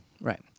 right